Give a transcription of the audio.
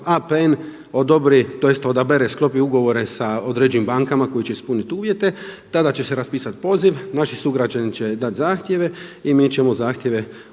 APN odobri, tj. odabere, sklopi ugovore sa određenim bankama koji će ispuniti uvjete, tada će se raspisati poziv, naši sugrađani će dati zahtjeve i mi ćemo zahtjeve odobravati.